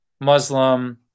Muslim